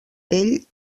ell